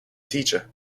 teacher